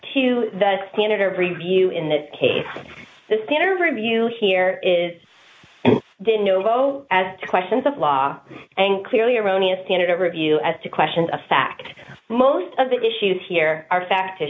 to the standard of review in this case the standard of review here is didn't know as questions of law and clearly erroneous standard of review as to questions of fact most of the issues here are fact